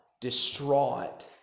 distraught